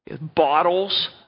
Bottles